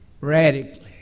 radically